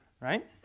right